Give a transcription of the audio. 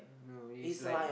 no it's like